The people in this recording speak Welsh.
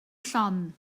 llon